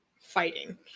Fighting